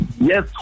Yes